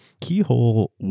Keyhole